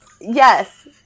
yes